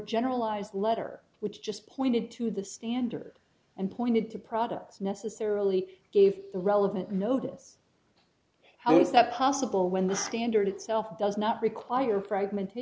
generalized letter which just pointed to the standard and pointed to products necessarily gave the relevant notice how is that possible when the standard itself does not